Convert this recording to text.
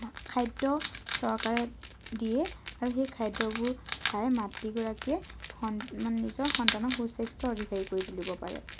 খাদ্য চৰকাৰে দিয়ে আৰু সেই খাদ্যবোৰ খাই মাতৃগৰাকীয়ে নিজৰ সন্তানৰ সু স্বাস্থ্যৰ অধিকাৰী কৰি তুলিব পাৰে